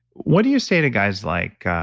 what do you say to guys like.